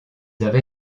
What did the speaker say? avaient